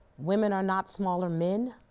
women are not smaller men.